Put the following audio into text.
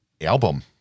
album